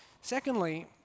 Secondly